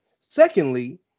Secondly